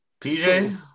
PJ